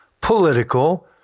political